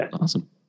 Awesome